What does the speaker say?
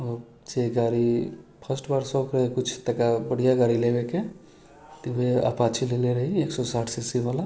से गाड़ी फर्स्ट बार शौक रहै किछु तऽ बढ़िआँ गाड़ी लेबैके एपाचे लेले रही एक सए साठि सी सी वला